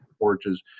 porches